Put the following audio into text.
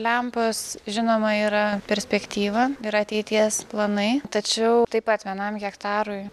lempos žinoma yra perspektyva ir ateities planai tačiau taip pat vienam hektarui